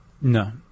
No